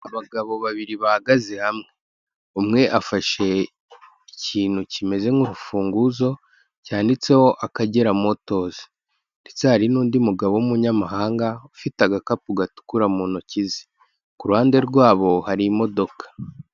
Abagabo babiri bahagaze hamwe. Umwe afashe ikintu kimeze nk'urufunguzo cyanditseho Akagera Motors. Ndetse hari n'undi mugabo w'umunyamahanga, ufite agakapu gatukura mu ntoki ze. Ku ruhande rwabo hari imodoka.